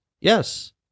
yes